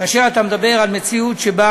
כאשר אתה מדבר על מציאות שבה